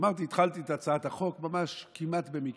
אמרתי שהתחלתי את הצעת החוק ממש כמעט במקרה.